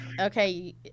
okay